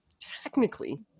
technically